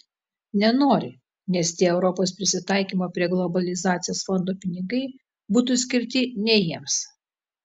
nenori nes tie europos prisitaikymo prie globalizacijos fondo pinigai būtų skirti ne jiems